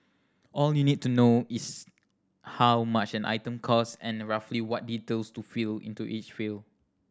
all you need to know is how much an item cost and roughly what details to fill into each field